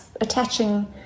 attaching